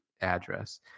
address